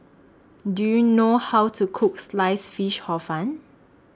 Do YOU know How to Cook Sliced Fish Hor Fun